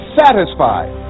satisfied